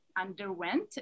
underwent